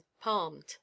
palmed